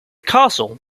castle